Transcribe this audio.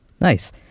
Nice